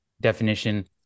definition